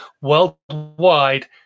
worldwide